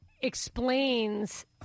explains